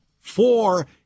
Four